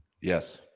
yes